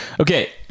Okay